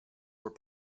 were